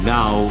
now